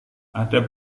ada